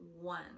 one